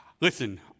Listen